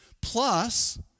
plus